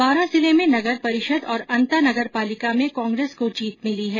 बारां जिले में नगर परिषद और अंता नगरपालिका में कांग्रेस को जीत मिली है